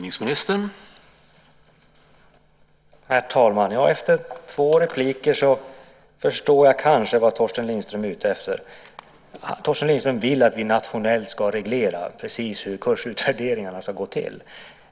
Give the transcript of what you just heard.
Herr talman! Efter två repliker förstår jag kanske vad Torsten Lindström är ute efter. Torsten Lindström vill att vi nationellt ska reglera precis hur kursutvärderingarna ska gå till.